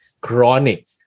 chronic